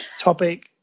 topic